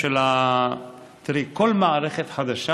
כל מערכת חדשה,